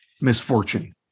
misfortune